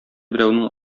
берәүнең